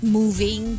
moving